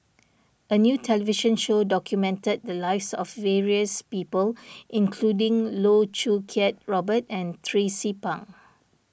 a new television show documented the lives of various people including Loh Choo Kiat Robert and Tracie Pang